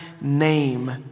name